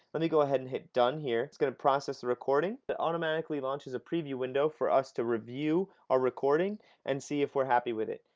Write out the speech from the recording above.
then you go ahead and hit done here, it's going to process the recording, it automatically launches a preview window for us to review our recording and see if we're happy with it.